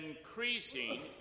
increasing